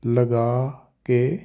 ਲਗਾ ਕੇ